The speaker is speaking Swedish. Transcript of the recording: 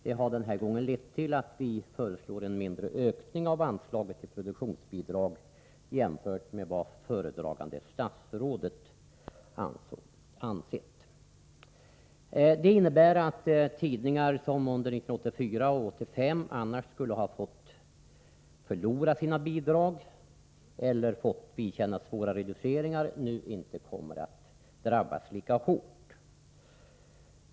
Det har denna gång lett till att vi föreslår en mindre ökning av anslaget till produktionsbidrag jämfört med vad föredragande statsrådet ansett. Det innebär att tidningar som under 1984 eller 1985 annars skulle ha förlorat sina bidrag, eller fått vidkännas svåra reduceringar, nu inte kommer att drabbas lika hårt.